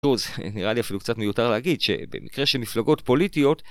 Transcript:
נראה לי אפילו קצת מיותר להגיד שבמקרה של מפלגות פוליטיות